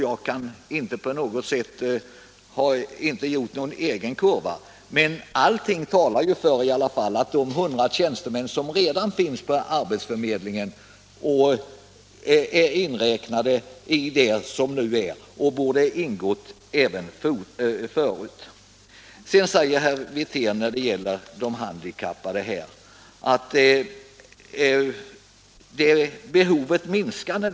Jag har inte gjort någon egen kurva, men allt talar för att de 100 tjänstemän som redan finns på arbetsförmedlingen är inräknade. Sedan säger herr Wirtén att behovet när det gäller de handikappade minskar.